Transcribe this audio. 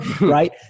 Right